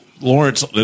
Lawrence